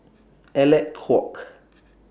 Alec Kuok